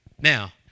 Now